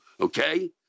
Okay